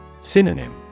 Synonym